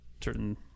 certain